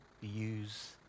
use